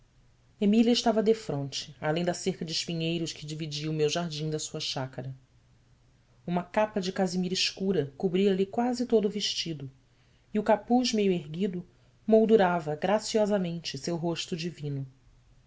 emília estava defronte além da cerca de espinheiros que dividia o meu jardim da sua chácara uma capa de casemira escura cobria-lhe quase todo o vestido e o capuz meio erguido moldurava graciosamente seu rosto divino